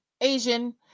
Asian